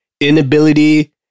inability